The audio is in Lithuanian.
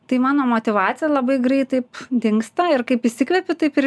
tai mano motyvacija labai greitai dingsta ir kaip įsikvepiu taip ir